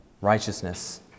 righteousness